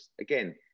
again